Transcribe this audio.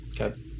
Okay